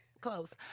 close